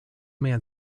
man